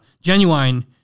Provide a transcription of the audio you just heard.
genuine